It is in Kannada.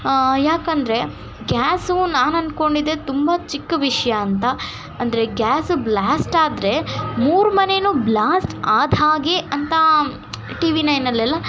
ಯಾಕಂದರೆ ಗ್ಯಾಸು ನಾನು ಅನ್ಕೊಂಡಿದ್ದೆ ತುಂಬ ಚಿಕ್ಕ ವಿಷಯ ಅಂತ ಅಂದರೆ ಗ್ಯಾಸ್ ಬ್ಲ್ಯಾಸ್ಟಾದರೆ ಮೂರು ಮನೇನು ಬ್ಲ್ಯಾಸ್ಟ್ ಆದ್ಹಾಗೆ ಅಂತ ಟಿ ವಿ ನೈನಲ್ಲೆಲ್ಲ